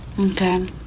okay